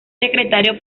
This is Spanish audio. secretario